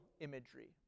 imagery